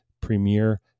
premiere